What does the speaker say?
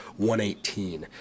118